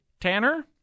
Tanner